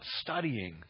studying